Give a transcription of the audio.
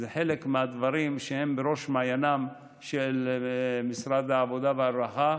זה מהדברים שבראש מעייניו של משרד העבודה והרווחה.